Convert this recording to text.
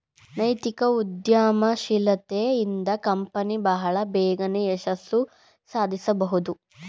ನೈತಿಕ ಉದ್ಯಮಶೀಲತೆ ಇಂದ ಕಂಪನಿ ಬಹಳ ಬೇಗನೆ ಯಶಸ್ಸು ಸಾಧಿಸಬಹುದು